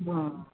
हा